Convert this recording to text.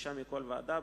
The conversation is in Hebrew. חמישה מכל ועדה,